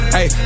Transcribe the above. Hey